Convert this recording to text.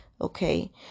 Okay